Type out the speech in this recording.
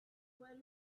while